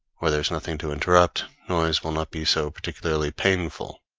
where there is nothing to interrupt, noise will not be so particularly painful.